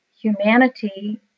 humanity